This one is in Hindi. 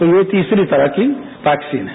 तो ये तीसरी तरह की वैक्सीन है